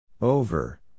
Over